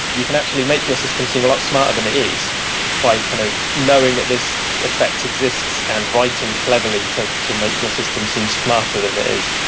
you can actually make your system seem a lot smarter than it is by kind of knowing that this effect exists and writing cleverly to to make your system seems smarter than it is.